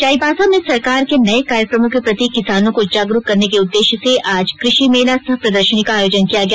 चाईबासा में सरकार के नए कार्यक्रमों के प्रति किसानों को जागरूक करने के उद्देश्य से आज कृषि मेला सह प्रदर्शनी का आयोजन किया गया